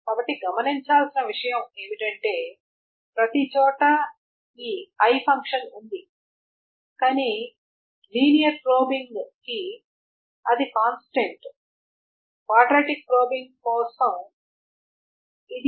కాబట్టి గమనించాల్సిన విషయం ఏమిటంటే ప్రతిచోటా ఈ i ఫంక్షన్ ఉంది కానీ లీనియర్ ప్రోబింగ్ కి అది కాన్స్టెంట్ క్వాడ్రాటిక్ ప్రోబింగ్ కోసం ఇది